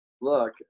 Look